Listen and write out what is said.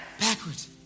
Backwards